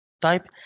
type